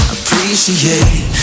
Appreciate